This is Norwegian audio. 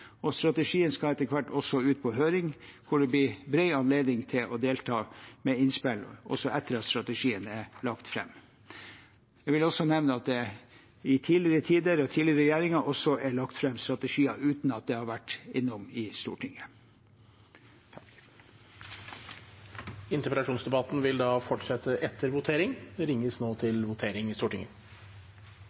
Strategien skal etter hvert ut på høring for å gi bred anledning til å delta med innspill, også etter at strategien er lagt fram. Jeg vil også nevne at i tidligere tider, og av tidligere regjeringer, er strategier lagt fram uten å ha vært innom Stortinget. Interpellasjonsdebatten vil fortsette etter votering. Før voteringen starter, har Per Olaf Lundteigen bedt om ordet til